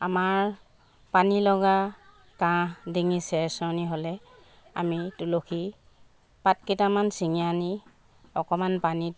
আমাৰ পানী লগা কাহ ডিঙিৰ চেৰচেৰণি হ'লে আমি তুলসী পাত কেইটামান চিঙি আনি অকণমান পানীত